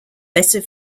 better